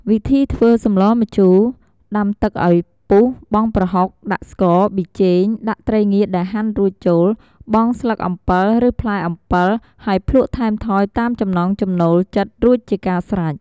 វិធីធ្វើសម្លម្ជូរ ដាំទឹកឱ្យពុះបង់ប្រហុក ដាក់ស្ករ ប៊ីចេង ដាក់ត្រីងៀតដែលហាន់រួចចូល បង់ស្លឹកអំពិលឬផ្លែអំពិលហើយភ្លក់ថែមថយតាមចំណង់ចំណូលចិត្តរួចជាការស្រេច។